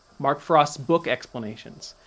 mark frost's book explanations.